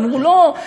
אמרו: לא,